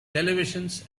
televisions